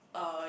uh